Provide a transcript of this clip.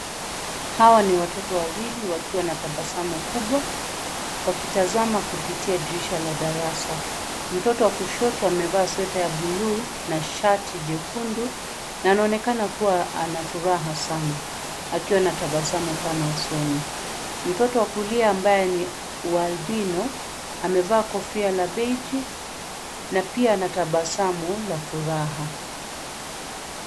Hawa ni watoto wawili, wakiwa na tabasamu kubwa, wakitazama kupitia dirisha la darasa. Mtoto wa kushoto amevaa sweta ya buluu na shati jekundu, na anaonekana kuwa ana furaha sana, akiwa anatabasamu sana usoni. Mtoto wa kulia ambaye ni wa albino, amevaa kofia la beigi, na pia anatabasamu la furaha.